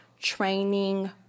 training